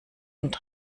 und